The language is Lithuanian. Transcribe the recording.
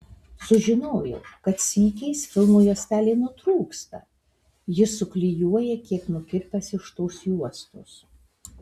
sužinojau kad sykiais filmo juostelė nutrūksta jis suklijuoja kiek nukirpęs iš tos juostos